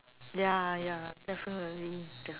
ya ya definitely